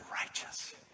righteous